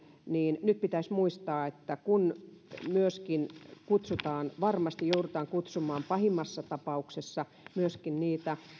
niin pitäisi muistaa ja toivoisin että kun myöskin kutsutaan varmasti joudutaan kutsumaan pahimmassa tapauksessa myöskin niitä